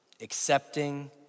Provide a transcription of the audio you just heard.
accepting